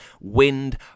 wind